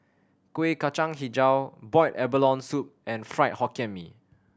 Kuih Kacang Hijau boiled abalone soup and Fried Hokkien Mee